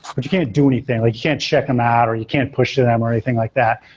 but you can't do anything, like you can't check them out, or you can't push to them, or anything like that,